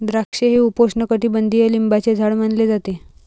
द्राक्षे हे उपोष्णकटिबंधीय लिंबाचे झाड मानले जाते